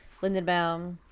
Lindenbaum